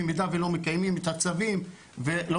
במידה ולא מקיימים את הצווים ולא